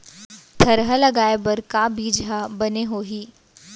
थरहा लगाए बर का बीज हा बने होही?